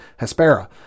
Hespera